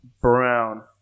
brown